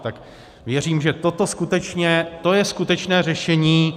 Tak věřím, že toto skutečně, to je skutečné řešení.